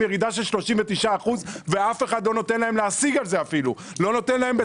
ירידה של 39%. ואף אחד לא נותן להם להשיג על זה אפילו,